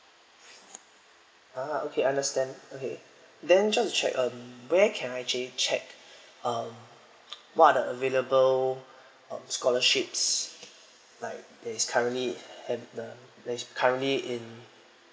ah okay understand okay then just to check um where can I actually check uh what are the available um scholarships like there's currently and uh there's currently in